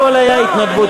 הכול היה התנדבותי.